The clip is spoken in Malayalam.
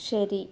ശരി